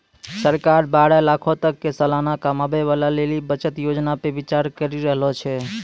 सरकार बारह लाखो तक के सलाना कमाबै बाला लेली बचत योजना पे विचार करि रहलो छै